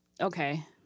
Okay